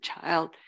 child